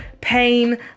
pain